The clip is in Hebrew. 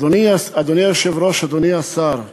אדוני היושב-ראש, אדוני השר,